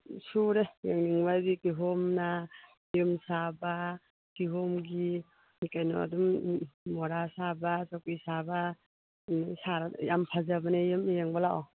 ꯁꯨꯔꯦ ꯌꯦꯡꯅꯤꯡꯕꯒꯤ ꯀꯤꯍꯣꯝꯅ ꯌꯨꯝ ꯁꯥꯕ ꯀꯤꯍꯣꯝꯒꯤ ꯀꯩꯅꯣ ꯑꯗꯨꯝ ꯃꯣꯔꯥ ꯁꯥꯕ ꯆꯧꯀ꯭ꯔꯤ ꯁꯥꯕ ꯌꯥꯝ ꯐꯖꯕꯅꯦ ꯑꯗꯨꯝ ꯌꯦꯡꯕ ꯂꯥꯛꯑꯣ